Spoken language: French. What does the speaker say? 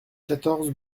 quatorze